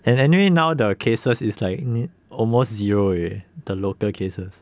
and anyway now the cases is like n~ need almost zero already the local cases